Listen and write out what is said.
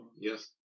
Yes